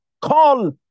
Call